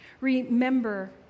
Remember